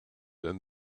and